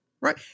Right